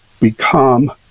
become